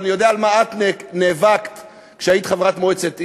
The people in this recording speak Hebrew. אבל אני יודע על מה את נאבקת כשהיית חברת מועצת עיר,